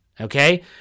Okay